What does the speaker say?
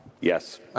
Yes